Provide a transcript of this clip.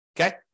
Okay